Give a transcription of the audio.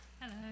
Hello